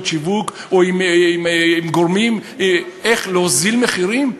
שיווק או עם גורמים איך להוריד מחירים?